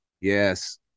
Yes